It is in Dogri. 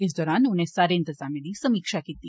इस दरान उनें सारे इंतजामें दी समीक्षा कीती